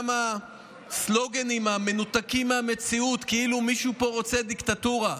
גם הסלוגנים המנותקים מהמציאות שלפיהם מישהו פה רוצה דיקטטורה,